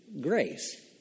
grace